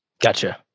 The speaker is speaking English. Gotcha